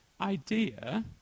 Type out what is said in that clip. idea